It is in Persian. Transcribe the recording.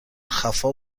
خفا